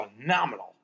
phenomenal